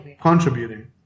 contributing